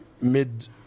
mid